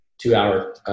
two-hour